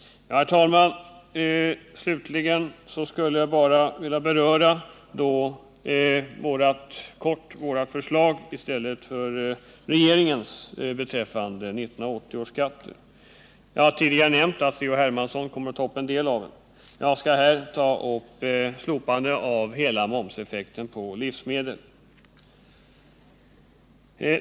Herr talman! Slutligen skulle jag bara kortfattat vilja beröra våra förslag i stället för regeringens beträffande 1980 års skatt. Jag har tidigare nämnt att C.-H. Hermansson kommer att ta upp en del av dem. Jag skall här ta upp slopande av hela momseffekten på livsmedel.